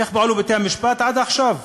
איך פעלו בתי-המשפט עד עכשיו?